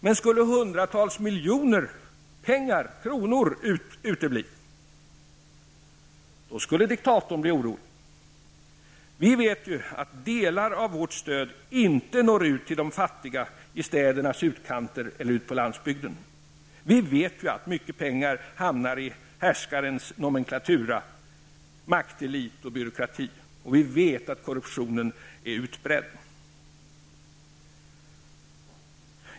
Men skulle hundratals miljoner i pengar utebli, skulle diktatorn bli orolig. Vi vet ju att delar av vårt stöd inte når ut till de fattiga i städernas utkanter och landsbygden. Vi vet ju att mycket pengar hamnar i härskarens nomenklatura, maktelit och byråkrati. Vi vet att korruptionen är utbredd. Fru talman!